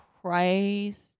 Christ